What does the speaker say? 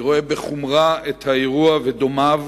אני רואה בחומרה את האירוע ודומיו,